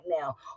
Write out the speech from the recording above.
now